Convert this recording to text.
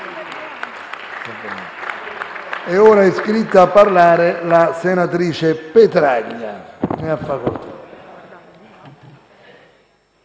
È iscritta a parlare la senatrice Petraglia.